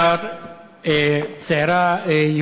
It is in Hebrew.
הצעת החוק,